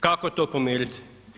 Kako to pomiriti?